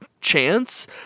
chance